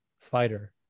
fighter